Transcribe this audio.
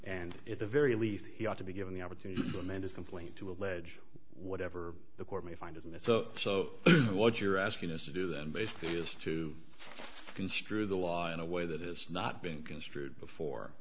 and at the very least he ought to be given the opportunity to amend his complaint to allege whatever the court may find isn't it so so what you're asking us to do then basically just to construe the law in a way that has not been construed before